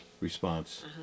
response